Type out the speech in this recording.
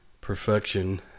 perfection